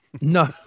No